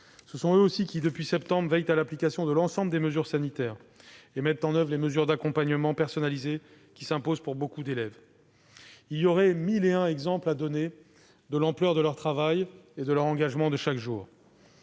Ce sont eux aussi qui, depuis septembre, veillent à l'application de l'ensemble des mesures sanitaires et mettent en oeuvre les mesures d'accompagnement personnalisé qui s'imposent pour beaucoup d'élèves. Il y aurait mille et un exemples à donner de l'ampleur de leur travail et de leur engagement de chaque jour.